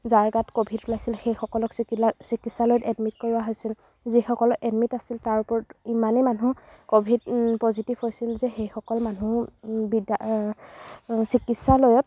যাৰ গাত ক'ভিড ওলাইছিল সেইসকলক চিকিলা চিকিৎসালয়ত এডমিট কৰোৱা হৈছিল যিসকল এডমিট আছিল তাৰ ওপৰত ইমানে মানুহ ক'ভিড পজিটিভ হৈছিল যে সেইসকল মানুহ বিদ্য়া চিকিৎসালয়ত